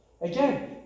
Again